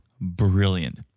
brilliant